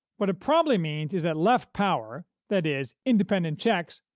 but probably means is that left power, that is, independent checks,